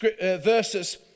verses